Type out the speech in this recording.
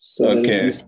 Okay